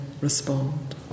respond